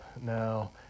now